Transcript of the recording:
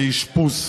לאשפוז.